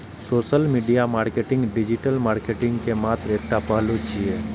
social media marketing digital marketing के मात्र एकटा पहलू छियै